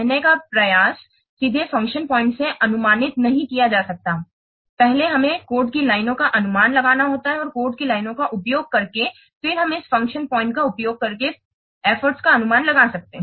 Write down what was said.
कहने का प्रयास सीधे फ़ंक्शन पॉइंट से अनुमानित नहीं किया जा सकता है पहले हमें कोड की लाइनों का अनुमान लगाना होगा और कोड की लाइनों का उपयोग करके फिर हम इस फ़ंक्शन पॉइंट का उपयोग करके प्रयास का अनुमान लगा सकते हैं